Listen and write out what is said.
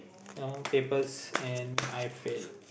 all papers and I failed